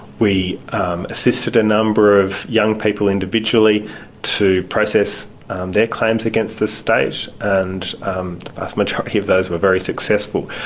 we assisted a number of young people individually to process their claims against the state, and the vast majority of those were very successful.